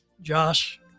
Josh